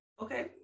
okay